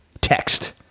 text